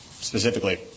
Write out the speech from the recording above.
Specifically